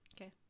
Okay